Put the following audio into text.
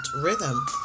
rhythm